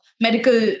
medical